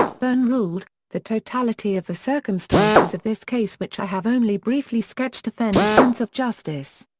byrne ruled the totality of the circumstances of this case which i have only briefly sketched offend a sense of justice.